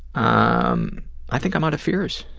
um i think i'm out of fears.